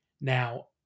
Now